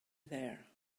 there